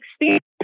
experience